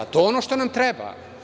To je ono što nam treba.